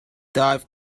dive